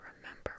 remember